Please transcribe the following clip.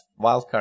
wildcard